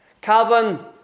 Calvin